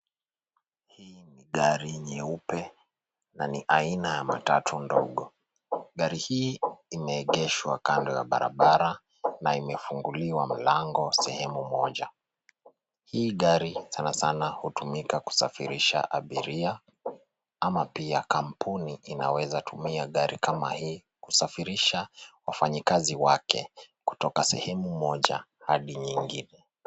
Hii ni gari nyeupe na ni aina ya matatu ndogo. Gari hii imeegeshwa kando ya barabara na imefunguliwa mlango sehemu moja. Hii gari sana sana hutumika kusafirisha abiria ama pia kampuni inaweza tumia gari kama hii kusafirisha wafanyikazi wake kutoka sehemu moja hadi nyingine.